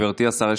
גברתי השרה,